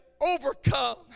overcome